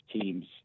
team's